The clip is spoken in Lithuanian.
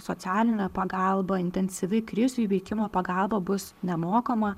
socialinė pagalba intensyvi krizių įveikimo pagalba bus nemokama